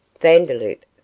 Vandeloup